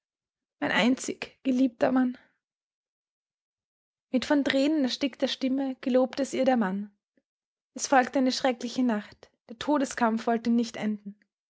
mein einzig geliebter mann mit von thränen erstickter stimme gelobte es ihr der mann es folgte eine schreckliche nacht der todeskampf wollte nicht enden